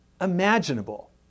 imaginable